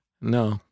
No